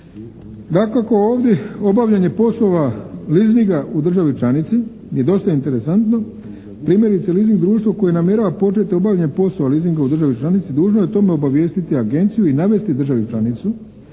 Dakako, ovdje obavljanje poslova leasinga u državi članici je dosta interesantno. Primjerice, leasing društvo koje namjerava početi obavljanje poslova leasinga u državi članici dužno je o tome obavijestiti agenciju i navesti državi članicu